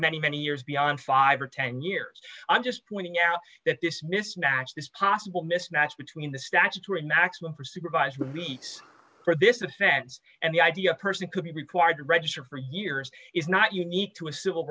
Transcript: many many years beyond five or ten years i'm just pointing out that this mismatch this possible mismatch between the statutory maximum for supervised release for this offense and the idea person could be required to register for years is not unique to a civil